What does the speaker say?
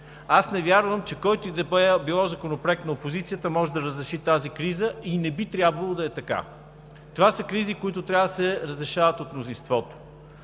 Не вярвам, че който и да било законопроект на опозицията може да разреши тази криза, и не би трябвало да е така. Това са кризи, които трябва да се разрешават от мнозинството.